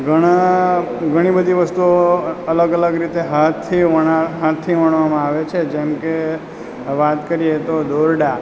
ઘણાં ઘણીબધી વસ્તુઓ અલગ અલગ રીતે હાથથી વણા હાથથી વણવામાં આવે છે જેમકે વાત કરીએ તો દોરડાં